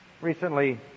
Recently